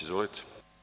Izvolite.